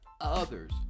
others